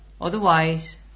Otherwise